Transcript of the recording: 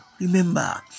Remember